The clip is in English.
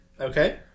Okay